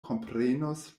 komprenos